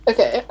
Okay